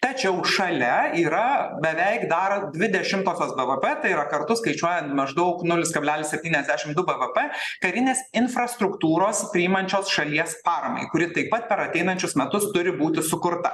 tačiau šalia yra beveik dar dvi dešimtosios bvp tai yra kartu skaičiuojant maždaug nulis kablelis septyniasdešim du bvp karinės infrastruktūros priimančios šalies paramai kuri taip pat per ateinančius metus turi būti sukurta